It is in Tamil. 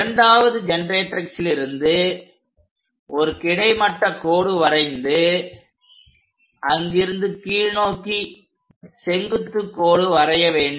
இரண்டாவது ஜெனெரேட்ரிக்ஸ்லிருந்து ஒரு கிடைமட்ட கோடு வரைந்து அங்கிருந்து கீழ்நோக்கி செங்குத்து கோடு வரைய வேண்டும்